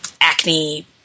acne